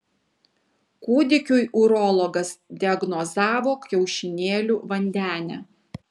kūdikiui urologas diagnozavo kiaušinėlių vandenę